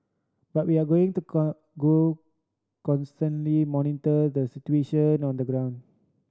but we are going to go constantly monitor the situation on the ground